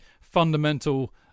fundamental